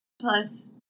plus